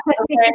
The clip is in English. Okay